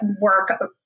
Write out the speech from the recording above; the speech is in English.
work